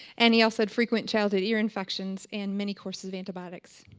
and he also had frequent childhood ear infections and many courses of antibiotics.